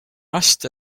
asked